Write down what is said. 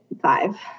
five